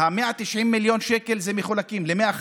ה-190 מיליון שקל מחולקים: 150